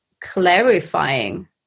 clarifying